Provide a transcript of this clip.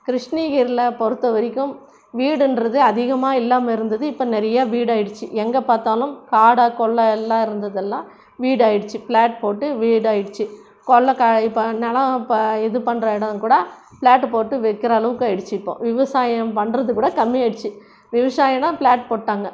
கிருஷ்ணகிரியில பொறுத்த வரைக்கும் வீடுன்றது அதிகமாக இல்லாமல் இருந்தது இப்போ நிறையா வீடாயிடுச்சு எங்கே பார்த்தாலும் காடா கொல்லை எல்லாம் இருந்ததெல்லாம் வீடாயிடுச்சு ஃபிளாட் போட்டு வீடாயிடுச்சு கொல்லை கா இப்போ நிலம் இப்போ இது பண்ணுற இடம் கூட ஃபிளாட்டு போட்டு விற்கிற அளவுக்கு ஆயிடுச்சு இப்போது விவசாயம் பண்ணுறது கூட கம்மியாடிச்சு விவசாயம் இடம் ஃபிளாட் போட்டுட்டாங்கள்